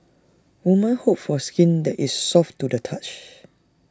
women hope for skin that is soft to the touch